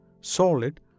solid